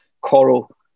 coral